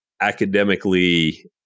academically